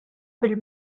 bil